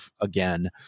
again